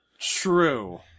true